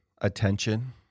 attention